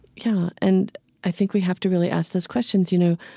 yeah. and i think we have to really ask those questions. you know,